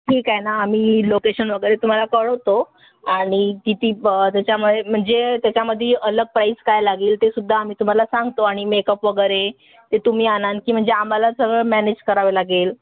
ठीक आहे ना आम्ही लोकेशन वगैरे तुम्हाला कळवतो आणि किती त्याच्यामध्ये म्हणजे त्याच्यामध्ये अलग प्राईस काय लागेल ते सुद्धा आम्ही तुम्हाला सांगतो आणि मेकअप वगैरे ते तुम्ही आणाल की म्हणजे आम्हाला सगळं मॅनेज करावे लागेल